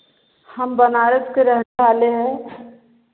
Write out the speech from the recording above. हम बनारस के रहने वाले हैं